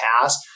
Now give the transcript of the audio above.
past